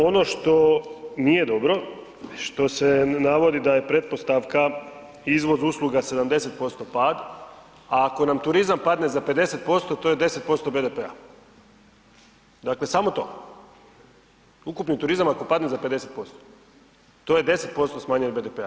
Ono što nije dobro, što se navodi da je pretpostavka izvoz usluga 70% pad, a ako nam turizam padne za 50% to je 10% BDP-a, dakle samo to, ukupni turizam ako padne za 50%, to je 10% smanjenje BDP-a.